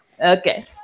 Okay